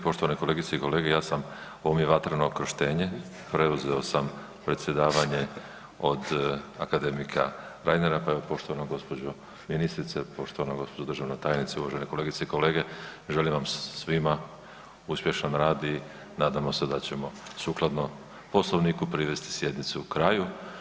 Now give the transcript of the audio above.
Poštovane kolegice i kolege, ja sam, ovo mi je vatreno krštenje, preuzeo sam predsjedavanje od akademika Reinera, pa evo poštovana gospođo ministrice, poštovana gospođo državna tajnice, uvažene kolegice i kolege želim vam svima uspješan rad i nadamo se da ćemo sukladno Poslovniku privesti sjednicu kraju.